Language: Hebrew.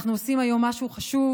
אנחנו עושים היום משהו חשוב,